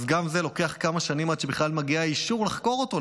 גם זה לוקח כמה שנים עד שבכלל מגיע אישור לחקור אותו,